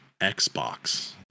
Xbox